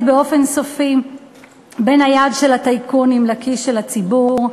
באופן סופי בין היעד של הטייקונים לכיס של הציבור.